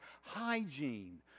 hygiene